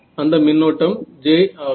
அந்த மின்னோட்டம் J ஆகும்